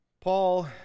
Paul